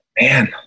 man